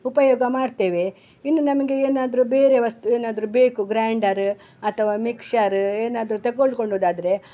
ಉಪಯೋಗ ಮಾಡ್ತೇವೆ ಇನ್ನು ನಮಗೆ ಏನಾದ್ರೂ ಬೇರೆ ವಸ್ತು ಏನಾದ್ರೂ ಬೇಕು ಗ್ರೈಂಡರು ಅಥವಾ ಮಿಕ್ಶರು ಏನಾದ್ರೂ ತೆಗೊಳ್ಕೊಳ್ಳುದಾದರೆ